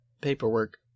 paperwork